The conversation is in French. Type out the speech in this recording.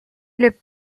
les